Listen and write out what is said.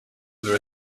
there